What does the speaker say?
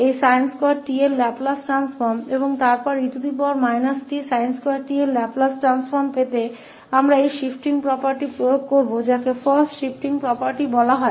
इसका Laplace sin2t और फिर e tsin2tका लैपलेस प्राप्त करने के लिए हम इस शिफ्टिंग property को लागू करेंगे जिसे पहली शिफ्टिंग property कहा जाता है